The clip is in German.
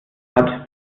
hat